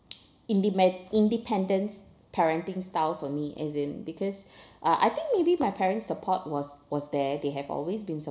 indepen~ independent parenting style for me as in because uh I think maybe my parents' support was was there they have always been sup~